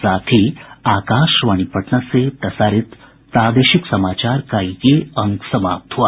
इसके साथ ही आकाशवाणी पटना से प्रसारित प्रादेशिक समाचार का ये अंक समाप्त हुआ